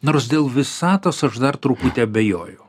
nors dėl visatos aš dar truputį abejoju